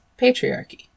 patriarchy